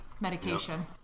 medication